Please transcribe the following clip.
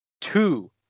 Two